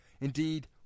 Indeed